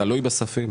תלוי בספים.